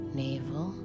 navel